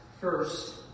first